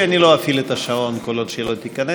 אני לא אפעיל את השעון עד שהיא לא תיכנס.